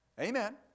Amen